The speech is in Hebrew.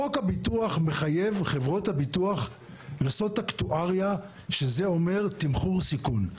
חוק הביטוח מחייב חברות הביטוח לעשות אקטואריה שזה אומר תמחור סיכון.